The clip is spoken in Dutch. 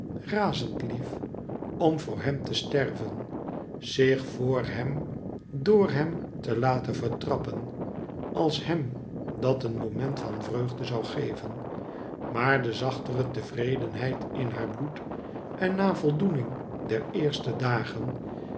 razend lief om voor hem te sterven zich voor hem door hem te laten vertrappen als hem dat een moment van vreugde zou geven maar de zachtere tevredenheid in haar bloed en navoldoening der eerste dagen